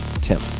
Tim